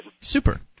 Super